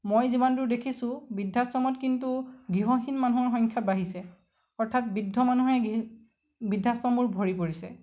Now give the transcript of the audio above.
মই যিমান দূৰ দেখিছোঁ বৃদ্ধাশ্ৰমত কিন্তু গৃহহীন মানুহৰ সংখ্যা বাঢ়িছে অৰ্থাৎ বৃদ্ধ মানুহে বৃদ্ধাশ্ৰমবোৰ ভৰি পৰিছে